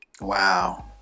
Wow